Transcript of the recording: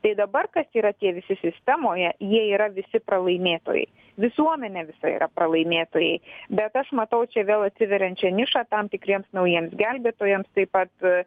tai dabar kas yra tie visi sistemoje jie yra visi pralaimėtojai visuomenė visa yra pralaimėtojai bet aš matau čia vėl atsiveriančią nišą tam tikriems naujiems gelbėtojams taip pat